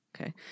Okay